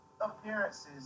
appearances